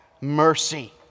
mercy